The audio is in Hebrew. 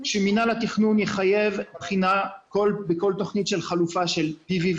שמינהל התכנון יחייב בחינה בכל תוכנית של חלופה של פי.וי.